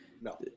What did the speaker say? No